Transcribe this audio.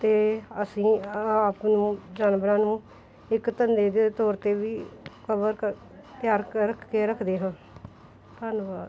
ਅਤੇ ਅਸੀਂ ਆਪ ਨੂੰ ਜਾਨਵਰਾਂ ਨੂੰ ਇੱਕ ਧੰਦੇ ਦੇ ਤੌਰ 'ਤੇ ਵੀ ਕਵਰ ਕਰ ਤਿਆਰ ਕਰ ਕੇ ਰੱਖਦੇ ਹਾਂ ਧੰਨਵਾਦ